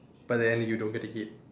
but then you don't get to eat